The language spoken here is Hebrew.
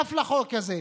נוסף לחוק הזה,